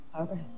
Okay